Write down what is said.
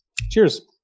Cheers